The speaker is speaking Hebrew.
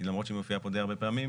למרות שהיא מופיעה פה די הרבה פעמים.